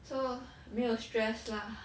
so 没有 stress lah